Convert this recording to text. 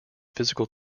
physical